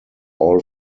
all